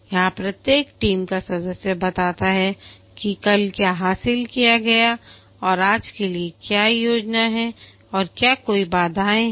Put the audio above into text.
यहां प्रत्येक टीम का सदस्य बताता है कि कल क्या हासिल किया गया था और आज के लिए क्या योजना है और क्या कोई बाधाएं हैं